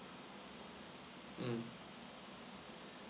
mm